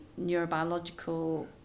neurobiological